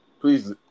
Please